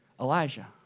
Elijah